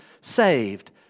saved